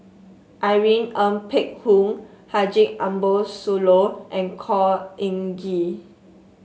Irene Ng Phek Hoong Haji Ambo Sooloh and Khor Ean Ghee